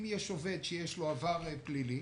אם יש עובד שיש לו עבר פלילי